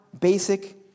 basic